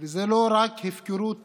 וזה לא רק הפקרות פושעת,